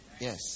Yes